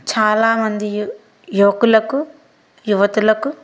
చాలా మంది యువకులకు యువతులకు